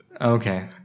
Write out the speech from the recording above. Okay